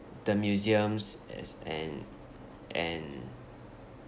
the museums is and and